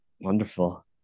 Wonderful